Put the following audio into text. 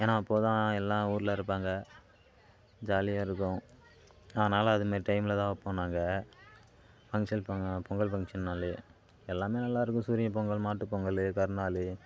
ஏன்னால் அப்போது தான் எல்லா ஊரில் இருப்பாங்க ஜாலியாக இருக்கும் அதனால் அது மாரி டைமில் தான் வைப்போம் நாங்கள் ஃபங்க்ஷன் பண்ணுவோம் பொங்கல் ஃபங்க்ஷன்னாலே எல்லாமே நல்லா இருக்கும் சூரியப் பொங்கல் மாட்டு பொங்கல்லு கருநாள்